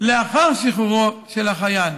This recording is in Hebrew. לאחר שחרורו של החייל.